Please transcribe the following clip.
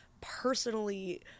personally